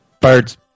Birds